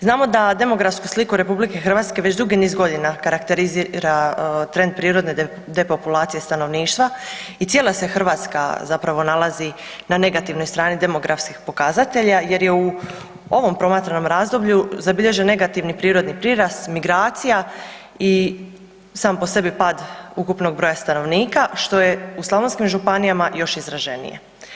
Znamo da demografsku sliku RH već dugi niz godina karakterizira trend prirodne depopulacije stanovništva i cijela se Hrvatska zapravo nalazi na negativnoj stani demografskih pokazatelja jer je u ovom promatranom razdoblju zabilježen negativni prirodni prirast, migracija i sam po sebi pad ukupnog broja stanovnika što je u slavonskim županijama još izraženije.